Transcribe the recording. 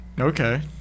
Okay